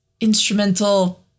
instrumental